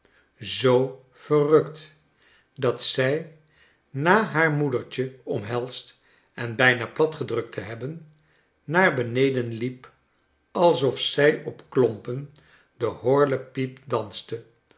zoo verrukt dat zij na haar moedertje omhelsd en bijna platgedrukt te hebben naar beneden liep alsof zij op klompen de horlepijp danste